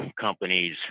companies